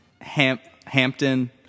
Hampton